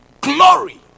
glory